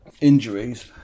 injuries